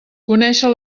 conéixer